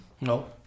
No